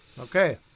Okay